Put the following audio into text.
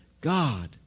God